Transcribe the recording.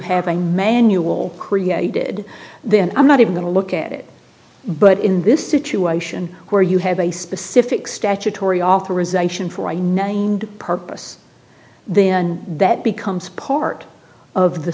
a manual created then i'm not even going to look at it but in this situation where you have a specific statutory authorization for i named purpose then that becomes part of the